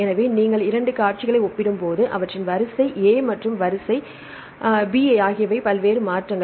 எனவே நீங்கள் 2 காட்சிகளை ஒப்பிடும்போது அவற்றின் வரிசை A மற்றும் வரிசை B ஆகியவை பல்வேறு மாற்றங்கள்